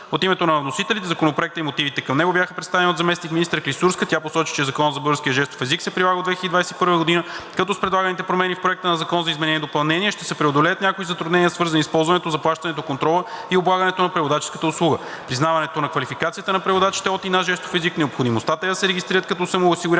От името на вносителите Законопроектът и мотивите към него бяха представени от заместник-министър Клисурска. Тя посочи, че Законът за българския жестов език се прилага от 2021 г., като с предлаганите промени в Проекта на закон за изменение и допълнение ще се преодолеят някои затруднения, свързани с ползването, заплащането, контрола и облагането на преводаческата услуга; признаването на квалификацията на преводачите от и на жестов език; необходимостта те да се регистрират като самоосигуряващи